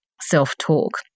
self-talk